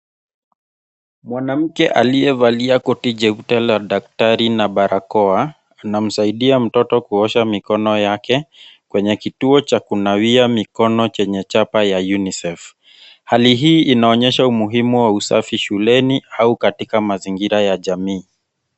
Mwanamke aliyevalia koti jeupe la daktari na barakoa, anamsaidia mtoto kuosha mikono yake, kwenye kituo cha kunawia mikono chenye chapa ya Unicef. Hali hii inaonyesha umuhimu wa usafi shuleni au katika mazingira ya jamii.